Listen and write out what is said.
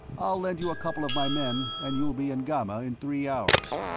i'll lend you a couple of my men, and you'll be in ghamma in three hours.